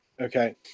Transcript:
Okay